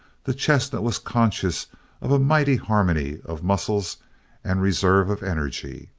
the chestnut was conscious of a mighty harmony of muscles and reserves of energy.